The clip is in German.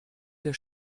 der